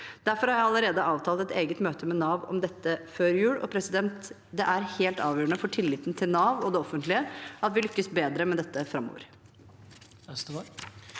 Derfor har jeg allerede avtalt et eget møte med Nav om dette før jul. Det er helt avgjørende for tilliten til Nav og det offentlige at vi lykkes bedre med dette framover.